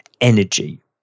energy